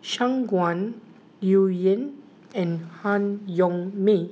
Shangguan Liuyun and Han Yong May